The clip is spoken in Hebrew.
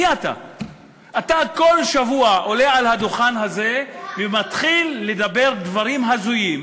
אתה כל שבוע עולה על הדוכן הזה ומתחיל לדבר דברים הזויים